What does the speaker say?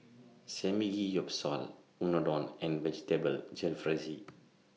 Samgeyopsal Unadon and Vegetable Jalfrezi